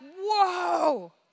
whoa